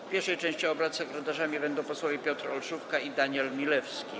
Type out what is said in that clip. W pierwszej części obrad sekretarzami będą posłowie Piotr Olszówka i Daniel Milewski.